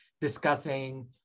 discussing